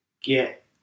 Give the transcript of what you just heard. get